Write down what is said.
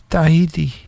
Tahiti